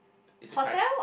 is a cri~